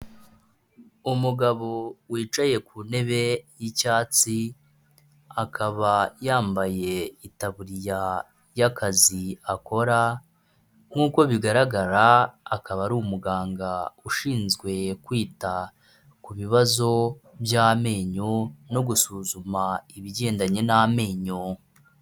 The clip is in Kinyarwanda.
Umugabo wicaye ku ntebe y'icyatsi akaba yambaye itaburiya y'akazi akora, nk'uko bigaragara akaba ari umuganga ushinzwe kwita ku bibazo by'amenyo no gusuzuma ibigendanye n'amenyo.